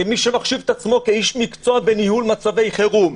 כמי שמחשיב את עצמו כאיש מקצוע בניהול מצבי חירום.